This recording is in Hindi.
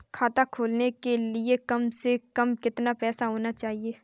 खाता खोलने के लिए कम से कम कितना पैसा होना चाहिए?